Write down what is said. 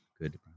good